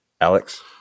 Alex